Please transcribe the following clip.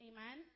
Amen